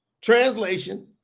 translation